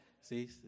See